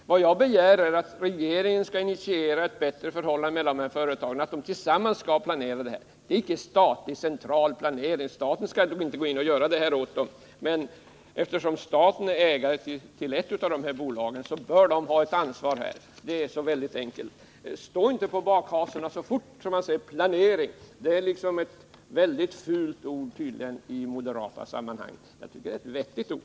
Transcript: Vad jag begär är att regeringen skall initiera ett bättre förhållande mellan dessa företag så att de tillsammans skall planera detta. Det innebär icke statlig, central planering. Staten skall inte gå in och göra detta åt dem, men eftersom staten är ägare till ett av bolagen bör staten ha ett ansvar —så enkelt är det. Stå inte på bakhasorna så fort man säger ”planering”! Det är tydligen ett väldigt fult ord i moderata sammanhang. Jag tycker det är ett vettigt ord.